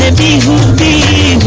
and be the